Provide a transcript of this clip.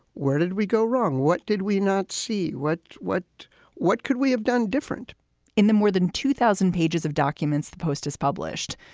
where did we go wrong? what did we not see? what what what could we have done different in the more than two thousand pages of documents? the post is published.